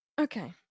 Okay